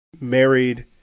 married